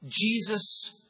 Jesus